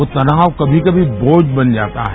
यह तनाव कभी कभी बोझ बन जाता है